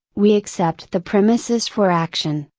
we accept the premises for action,